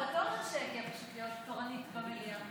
כהצעת הוועדה, נתקבל.